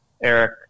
Eric